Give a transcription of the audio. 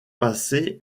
passer